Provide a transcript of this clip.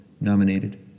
Nominated